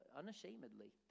unashamedly